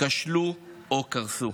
כשלו או קרסו.